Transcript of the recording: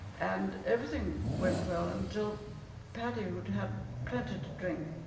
and everything went well, until paddy who'd had plenty to drink,